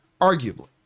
arguably